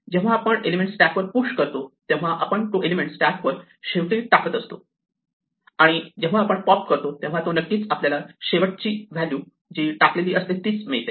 जेव्हा आपण element stack वर पुश करतो तेव्हा आपण तो एलिमेंट स्टॅक वर शेवटी टाकत करतो आणि जेव्हा आपण पॉप करतो तेव्हा नक्कीच आपल्याला शेवटी जी व्हॅल्यू टाकलेली केलेली असते तीच मिळते